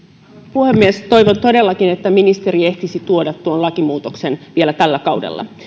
puhemies toivon todellakin että ministeri ehtisi tuoda tuon lakimuutoksen vielä tällä kaudella